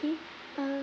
okay um